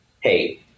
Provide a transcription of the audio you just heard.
Hey